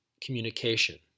communication